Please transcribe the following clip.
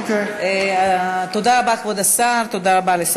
תודה רבה, כבוד השר.